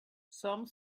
some